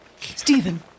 Stephen